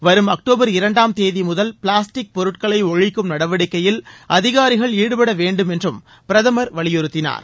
வரும் அக்டோபர் இரண்டாம் தேதி முதல் பிளாஸ்டிக் பொருட்களை ஒழிக்கும் நடவடிக்கையில் அதிகாரிகள் ஈடுபட வேண்டும் என்றும் பிரதமர் வலியுறுத்தினார்